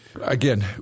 Again